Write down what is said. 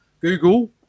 Google